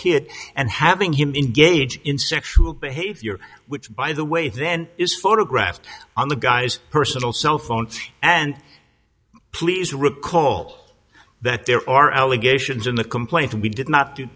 kid and having him in gage in sexual behavior which by the way then is photographed on the guy's personal cell phone and please recall that there are allegations in the complaint we did not do